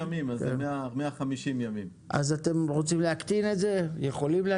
יכולים להקטין אותו?